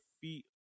feet